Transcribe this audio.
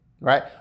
right